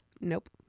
Nope